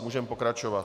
Můžeme pokračovat.